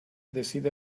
decide